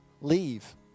leave